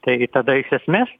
tai tada iš esmės